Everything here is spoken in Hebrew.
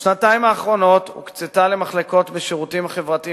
בשנתיים האחרונות הוקצתה למחלקות לשירותים החברתיים